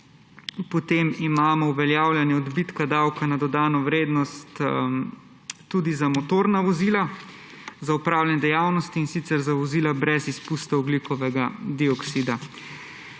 potem imamo uveljavljanje odbitka davka na dodano vrednost tudi za motorna vozila za opravljanje dejavnosti, in sicer za vozila brez izpustov ogljikovega dioksida.